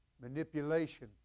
Manipulation